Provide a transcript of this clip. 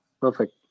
perfect